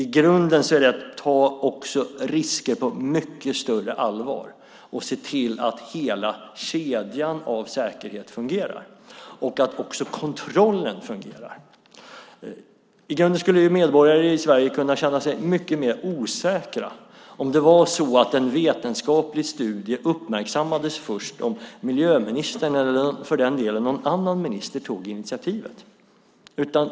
I grunden handlar det om att också ta riskerna på mycket större allvar, se till att hela kedjan av säkerhet fungerar samt att även kontrollen fungerar. Medborgare i Sverige skulle känna sig mycket mer osäkra om en vetenskaplig studie uppmärksammades först ifall miljöministern, eller för den delen någon annan minister, tog initiativet.